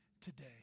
today